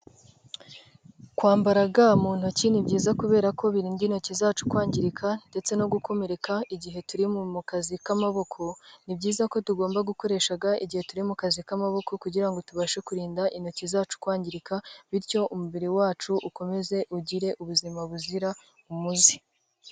Kwambara ga mu ntoki ni byiza kubera ko birinda intoki zacu kwangirika ndetse no gukomereka igihe turi mu kazi k'amaboko, ni byiza ko tugomba gukoresha ga igihe turi mu kazi k'amaboko kugira ngo tubashe kurinda intoki zacu kwangirika bityo umubiri wacu ukomeze ugire ubuzima buzira umuze.